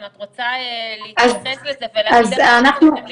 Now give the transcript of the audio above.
אם את רוצה להתייחס לזה ולהגיד איך אתם מתכוונים להתמודד.